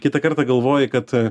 kitą kartą galvoji kad